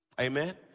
Amen